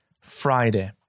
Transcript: Friday